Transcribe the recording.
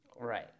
Right